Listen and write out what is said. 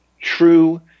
true